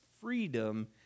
freedom